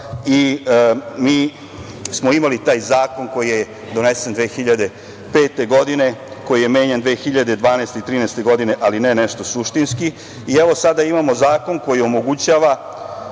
Mi smo imali taj zakon koji je donesen 2005. godine, koji je menjan 2012. i 2013. godine, ali ne nešto suštinski i evo, sada imamo zakon koji omogućava